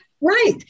right